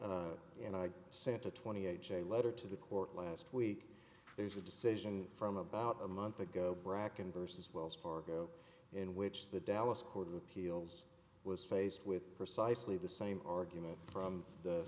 know i sent a twenty eight a letter to the court last week there's a decision from about a month ago bracken versus wells fargo in which the dallas court of appeals was faced with precisely the same argument from the